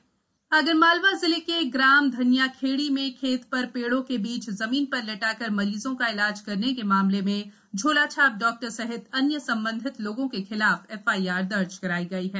झोलाझाप कारवाई आगरमालवा जिले के ग्राम धनियाखेड़ी में खेत पर पेड़ो के बीच जमीन पर लिटाकर मरीजों का ईलाज करने के मामले में झोलाछाप डॉक्टर सहित अन्य सम्बंधित लोगों के खिलाफ एफआईआर दर्ज कराई गई है